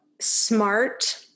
smart